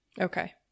Okay